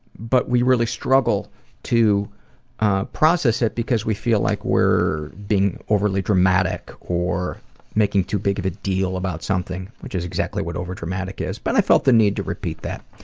but we really struggle to process it because we feel like we're being overly dramatic or making too big of a deal about something, which is exactly what over-dramatic is but i felt the need to repeat that.